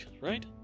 right